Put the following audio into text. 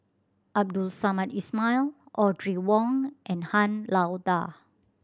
Abdul Samad Ismail Audrey Wong and Han Lao Da